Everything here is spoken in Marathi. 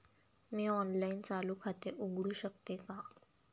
मी ऑनलाइन चालू खाते उघडू शकते का?